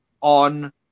on